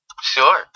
Sure